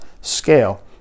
scale